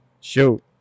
Shoot